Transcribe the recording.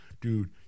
Dude